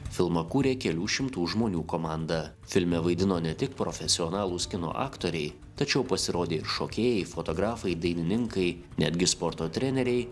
filmą kūrė kelių šimtų žmonių komanda filme vaidino ne tik profesionalūs kino aktoriai tačiau pasirodė ir šokėjai fotografai dainininkai netgi sporto treneriai